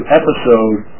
episode